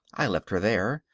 i left her there,